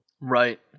Right